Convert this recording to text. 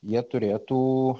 jie turėtų